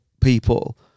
people